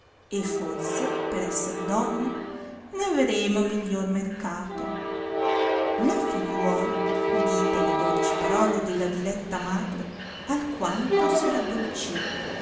e forse per esser donne ne averemo miglior mercato la figliuola udite le dolci parole della diletta madre alquanto si raddolcì